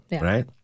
Right